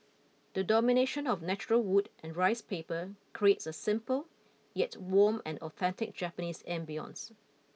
the domination of natural wood and rice paper creates a simple yet warm and authentic Japanese ambience